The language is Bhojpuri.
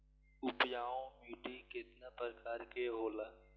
उपजाऊ माटी केतना प्रकार के होला?